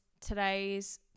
today's